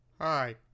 Hi